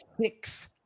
six